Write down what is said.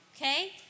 okay